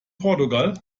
portugal